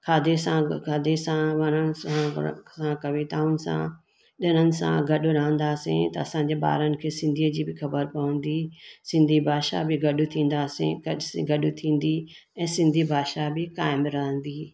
खाधे सां खाधे सां वरण सां पर असां खां कविताउनि सां ॾिणनि सां गॾु रहंदासीं त असांजे ॿारनि खे सिंधीअ जी बि ख़बर पवंदी सिंधी भाषा बि गॾु थींदासीं गॾ से गॾु थींदी ऐं सिंधी भाषा बि क़ाइमु रहंदी